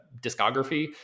discography